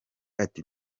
ati